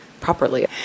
properly